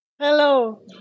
Hello